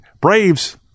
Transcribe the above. Braves